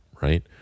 right